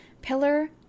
Pillar